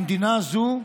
המדינה הזו,